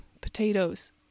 potatoes